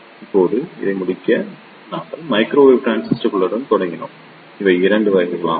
இப்போது இதை முடிக்க நாங்கள் மைக்ரோவேவ் டிரான்சிஸ்டர்களுடன் தொடங்கினோம் இவை 2 வகைகளாகும்